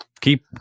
Keep